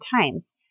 times